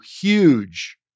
huge